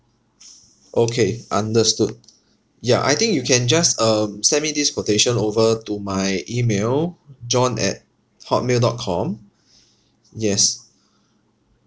okay understood ya I think you can just um send me this quotation over to my email john at hot mail dot com yes